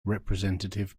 representative